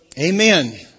Amen